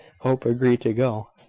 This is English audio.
hope agreed to go,